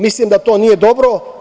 Mislim da to nije dobro.